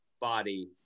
body